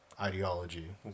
ideology